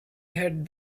had